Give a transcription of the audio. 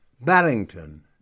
Barrington